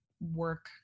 work